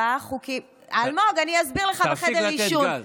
מה רע --- אלמוג, אני אסביר לך בחדר עישון.